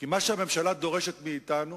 כי מה שהממשלה דורשת מאתנו